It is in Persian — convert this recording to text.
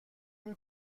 نمی